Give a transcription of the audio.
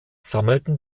sammelten